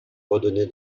redonner